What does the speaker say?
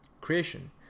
creation